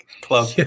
club